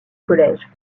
collège